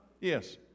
Yes